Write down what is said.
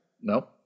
No